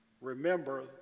Remember